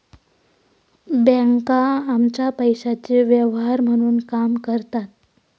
बँका आमच्या पैशाचे व्यवहार म्हणून काम करतात